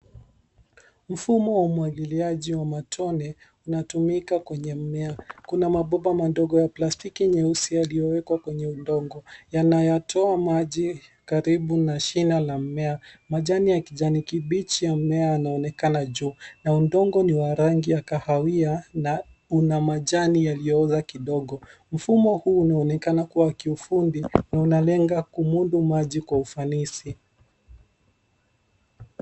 Mfumo wa umwagiliaji wa matone unatumika kwenye mmea. Kuna mabomba madogo ya plastiki nyeusi yaliyowekwa kwenye udongo, yanayatoa maji karibu na shina la mmea. Majani ya kijani kibichi ya mmea unaonekana juu. Na udongo ni wa rangi ya kahawia na una majani yaliyooza kidogo. Mfumo huu unaonekana kuwa kiufundi na unalenga kumudu maji kwa ufanisi.